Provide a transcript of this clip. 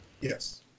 Yes